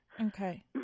Okay